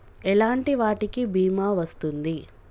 ఎలాంటి వాటికి బీమా వస్తుంది?